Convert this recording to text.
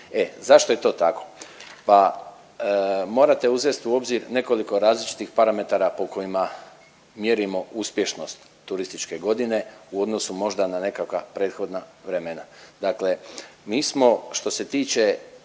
zašto je to tako? Pa morate uzest u obzir nekoliko različitih parametara po kojima mjerimo uspješnost turističke godine u odnosu možda na nekakva prethodna vremena.